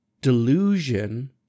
delusion